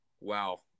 Wow